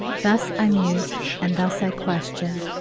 thus i mused, and thus i questioned,